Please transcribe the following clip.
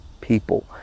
people